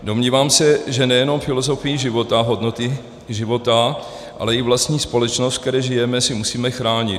Domnívám se, že nejenom filozofii života, hodnoty života, ale i vlastní společnost, ve které žijeme, si musíme chránit.